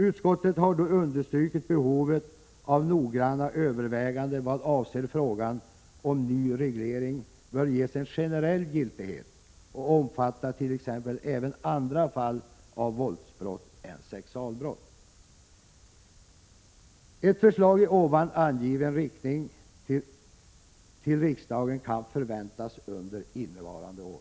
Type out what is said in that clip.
Utskottet har då understrukit behovet av noggranna överväganden i vad avser frågan om en ny reglering bör ges en generell giltighet och omfatta t.ex. även andra fall av våldsbrott än sexualbrott. Ett förslag till riksdagen i angiven riktning kan förväntas under innevarande år.